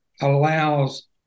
allows